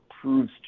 proves